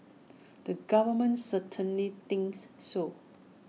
the government certainly thinks so